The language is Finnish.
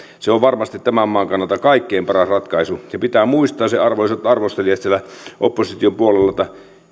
se on varmasti tämän maan kannalta kaikkein paras ratkaisu pitää muistaa se arvoisat arvostelijat siellä opposition puolella että